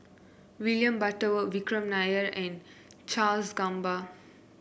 William Butterworth Vikram Nair and Charles Gamba